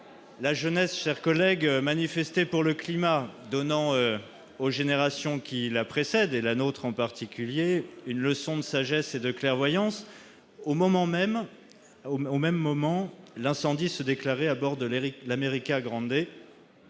La jeunesse a manifesté pour le climat, donnant aux générations qui la précèdent, à la nôtre en particulier, une leçon de sagesse et de clairvoyance. Au même moment, un incendie se déclarait sur le, un